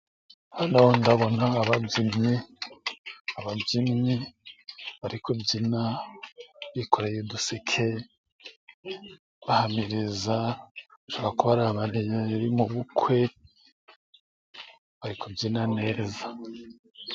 Hano ndabona ababyinnyi，ababyinnyi bari kubyina bikoreye uduseke， bahamiriza，cakora bari mu bukwe， bari kubyina neza.